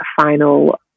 final